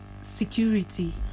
security